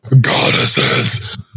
goddesses